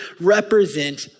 represent